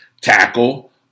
tackle